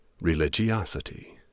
religiosity